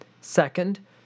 Second